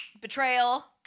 Betrayal